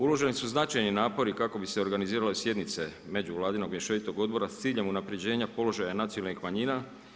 Uloženi su značajni napori kako bi se organizirale sjednice Međuvladinog mješovitog odbora s ciljem unapređenja položaja nacionalnih manjina.